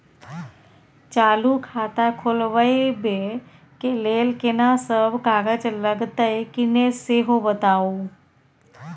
चालू खाता खोलवैबे के लेल केना सब कागज लगतै किन्ने सेहो बताऊ?